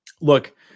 look